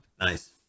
Nice